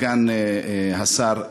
סגן השר,